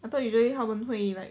I thought usually 他们会 like